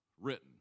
written